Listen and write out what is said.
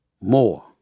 More